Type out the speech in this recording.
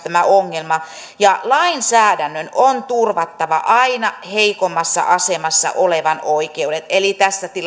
tämä ongelma itse asiassa kulminoituu lainsäädännön on turvattava aina heikommassa asemassa olevan oikeudet eli tässä